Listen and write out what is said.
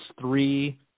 three